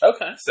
Okay